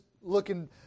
looking